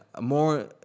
more